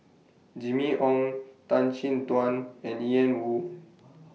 Jimmy Ong Tan Chin Tuan and Ian Woo